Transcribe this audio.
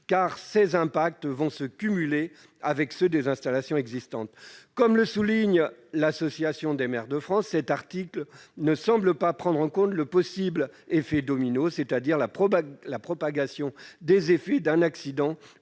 car les impacts de celui-ci se cumuleront avec ceux des installations existantes. Comme le souligne l'Association des maires de France, cet article ne semble pas prendre en compte le possible « effet domino », c'est-à-dire la propagation des effets d'un accident